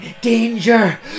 danger